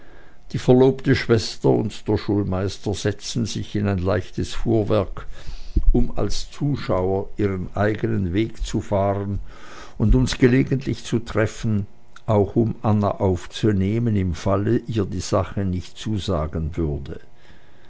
die verlobte schwester und der schulmeister setzten sich in ein leichtes fuhrwerk um als zuschauer ihren eigenen weg zu fahren und uns gelegentlich zu treffen auch um anna aufzunehmen im falle ihr die sache nicht zusagen würde